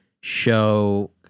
show